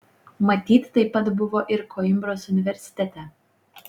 matyt taip pat buvo ir koimbros universitete